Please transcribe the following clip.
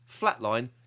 Flatline